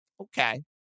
Okay